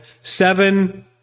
seven